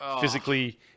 physically